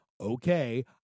Okay